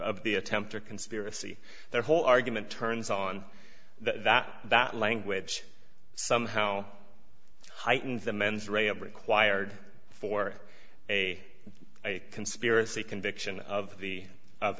of the attempt or conspiracy their whole argument turns on that that language somehow heightens the mens rea of required for a conspiracy conviction of